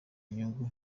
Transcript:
inyungu